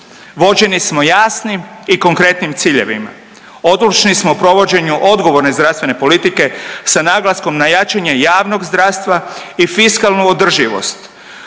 Vođeni smo jasnim i konkretnim ciljevima. Odlučni provođenju odgovorne zdravstvene politike sa naglaskom na jačanje javnog zdravstva i fiskalnu održivost